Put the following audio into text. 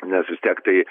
nes vistiek tai